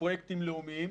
פרויקטים לאומיים,